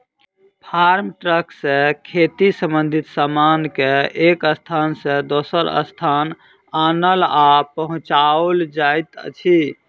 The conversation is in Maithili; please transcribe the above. फार्म ट्रक सॅ खेती संबंधित सामान के एक स्थान सॅ दोसर स्थान आनल आ पहुँचाओल जाइत अछि